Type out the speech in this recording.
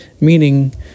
Meaning